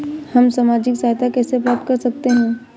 हम सामाजिक सहायता कैसे प्राप्त कर सकते हैं?